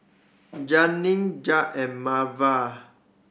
Janeen Ja and Melva